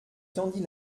tendit